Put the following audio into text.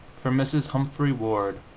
for mrs. humphrey ward,